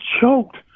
choked